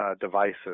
devices